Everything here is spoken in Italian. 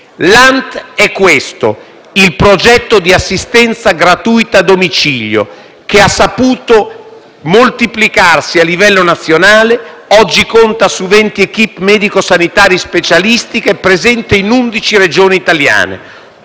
L'ANT è questo: il progetto di assistenza gratuita a domicilio, che ha saputo moltiplicarsi a livello nazionale e oggi conta su venti *équipe* medico-sanitarie specialistiche presenti in undici Regioni italiane.